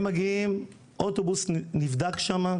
הם מגיעים, אוטובוס נבדק שם.